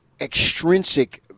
extrinsic